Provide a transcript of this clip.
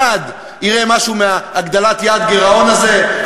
אחד, יראה משהו מהגדלת יעד הגירעון הזה?